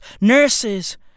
nurses